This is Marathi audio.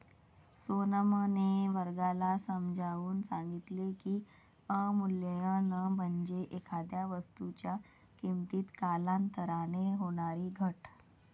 सोनमने वर्गाला समजावून सांगितले की, अवमूल्यन म्हणजे एखाद्या वस्तूच्या किमतीत कालांतराने होणारी घट